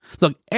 Look